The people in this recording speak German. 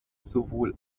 sowohl